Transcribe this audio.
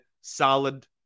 solid